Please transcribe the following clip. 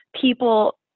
people